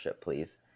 please